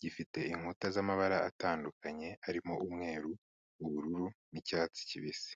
gifite inkuta z'amabara atandukanye harimo umweru, ubururu n'icyatsi kibisi.